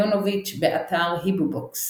יונביץ, באתר היברובקס.